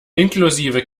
inklusive